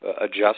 adjust